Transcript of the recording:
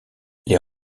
les